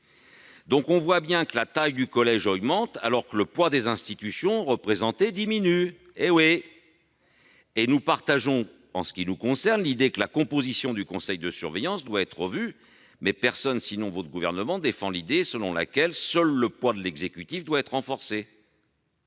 Nous le voyons, la taille du collège augmente alors que le poids des institutions représentées diminue. Pour notre part, nous partageons l'idée que la composition du conseil de surveillance doit être revue. Mais personne, sinon votre gouvernement, ne défend l'idée selon laquelle seul le poids de l'exécutif doit être renforcé.